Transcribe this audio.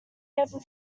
ever